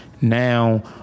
now